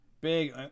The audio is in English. Big